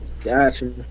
Gotcha